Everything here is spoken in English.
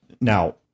Now